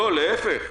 לא, להפך.